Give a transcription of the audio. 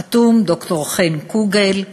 חתום ד"ר חן קוגל,